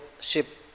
ship